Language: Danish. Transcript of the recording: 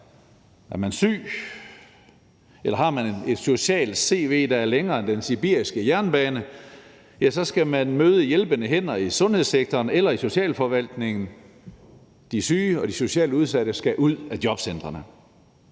Er man syg, eller har man et socialt cv, der er længere end den sibiriske jernbane, skal man møde hjælpende hænder i sundhedssektoren eller i socialforvaltningen. De syge og de socialt udsatte skal ud af jobcentrene.